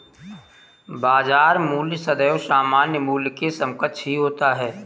बाजार मूल्य सदैव सामान्य मूल्य के समकक्ष ही होता है